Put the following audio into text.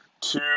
two